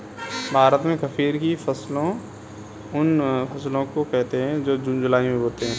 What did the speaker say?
भारत में खरीफ की फसल उन फसलों को कहते है जो जून जुलाई में बोते है